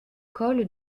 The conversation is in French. col